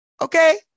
Okay